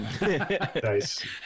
Nice